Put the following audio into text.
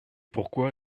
pourquoi